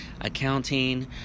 Accounting